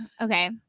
Okay